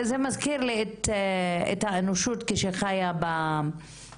זה מזכיר לי את האנושות כשחיה במערות.